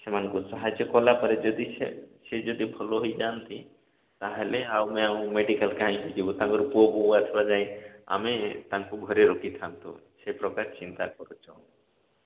ସେମାନଙ୍କୁ ସାହାଯ୍ୟ କଲାପରେ ଯଦି ସେ ସେ ଯଦି ସେ ଭଲ ହୋଇଯାନ୍ତି ତାହାଲେ ଆଉ ଆମେ ମେଡିକାଲ କାଇଁ ଯିବୁ ତାଙ୍କର ପୁଅବୋହୂ ଆସିବା ଯାଏ ଆମେ ତାଙ୍କୁ ଘରେ ରଖିଥାନ୍ତୁ ସେ ପ୍ରକାର ଚିନ୍ତା କରୁଛୁ